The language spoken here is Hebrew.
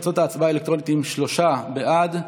תוצאות ההצבעה האלקטרונית הן שלושה בעד,